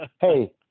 Hey